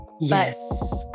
Yes